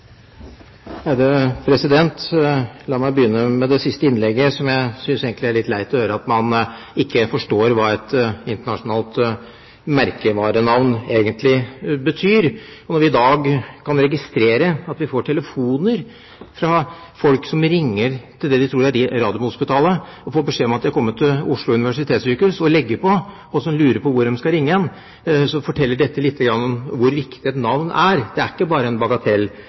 litt leit å høre at man ikke forstår hva et internasjonalt merkevarenavn egentlig betyr. Vi kan i dag registrere at vi får telefoner fra folk som ringer til det de tror er Radiumhospitalet, får beskjed om at de har kommet til Oslo universitetssykehus og legger på, og som lurer på hvor de skal ringe. Det forteller litt om hvor viktig et navn er. Det er ikke bare en bagatell,